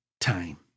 time